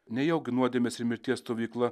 nejaugi nuodėmės ir mirties stovykla